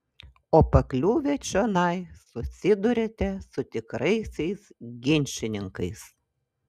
o pakliuvę čionai susiduriate su tikraisiais ginčininkais